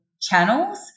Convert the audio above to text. channels